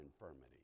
infirmity